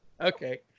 Okay